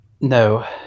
no